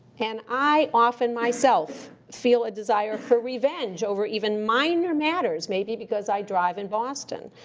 and i often, myself, feel a desire for revenge over even minor matters, maybe because i drive in boston.